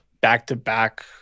back-to-back